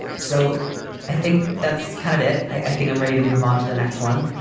so i think that's kind of it. i think i'm ready to move on to the next one,